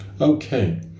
okay